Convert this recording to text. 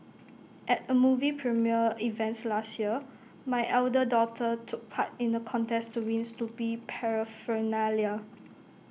at A movie premiere event last year my elder daughter took part in the contest to wins Snoopy Paraphernalia